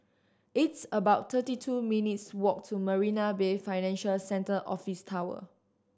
it's about thirty two minutes' walk to Marina Bay Financial Centre Office Tower